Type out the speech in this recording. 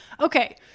Okay